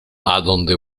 adonde